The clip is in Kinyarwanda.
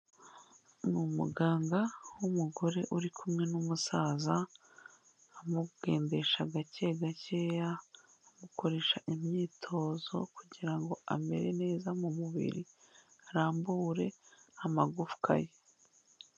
Ni umuganga w'umugore uri kumwe n'umusaza amugendesha gake gakeya, amukoresha imyitozo kugira ngo amere neza mu mubiri arambure amagufwa ye.